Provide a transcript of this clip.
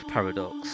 Paradox